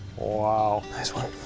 wow. nice one.